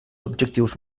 objectius